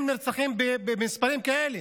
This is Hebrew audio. אזרחים נרצחים במספרים כאלה.